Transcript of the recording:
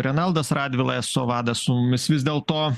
renaldas radvila eso vadas su mumis vis dėlto